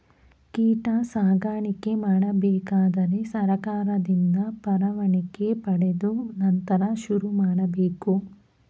ಕೀಟ ಸಾಕಾಣಿಕೆ ಮಾಡಬೇಕಾದರೆ ಸರ್ಕಾರದಿಂದ ಪರವಾನಿಗೆ ಪಡೆದು ನಂತರ ಶುರುಮಾಡಬೇಕು